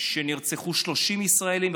שבו נרצחו 30 ישראלים,